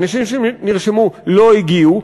אנשים שנרשמו לא הגיעו,